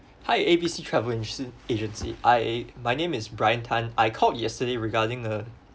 hi A B C travel agen~ agency I eh my name is bryan tan I called yesterday regarding uh